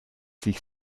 sich